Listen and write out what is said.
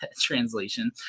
translation